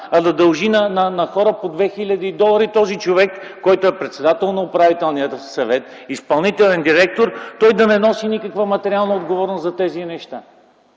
да дължи на хора по 2000 долара! И не може този човек, който е председател на управителния съвет, изпълнителен директор, да не носи никаква материална отговорност за тези неща!